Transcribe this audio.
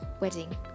wedding